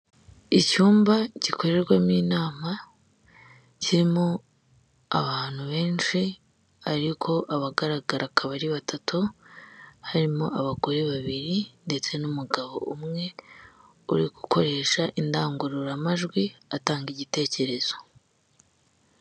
Icyumba gikorerwamo inama kirimo abantu benshi ariko abagaragara akaba ari batatu, harimo abagore babiri ndetse n'umugabo umwe uri gukoresha indangururamajwi atanga igitekerezo.